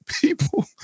people